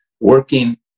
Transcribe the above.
working